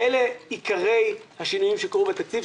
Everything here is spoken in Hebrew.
אלה עיקרי השינויים שקרו בתקציב,